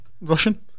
Russian